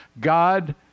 God